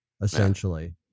Essentially